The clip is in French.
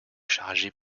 chargées